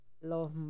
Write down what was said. los